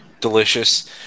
Delicious